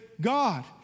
God